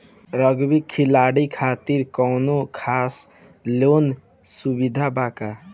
Rugby खिलाड़ी खातिर कौनो खास लोन सुविधा बा का?